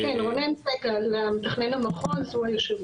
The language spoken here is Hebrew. כן, רונן סגל מתכנן המחוז, הוא יושב